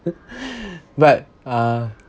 but uh